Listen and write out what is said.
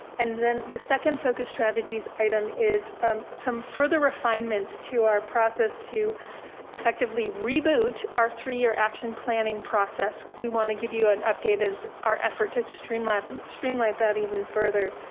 and then the second focus strategies item is some further refinements to our process to effectively reboot our three-year action planning process. we want to give you an update as our effort to to streamline streamline that even further.